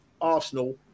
Arsenal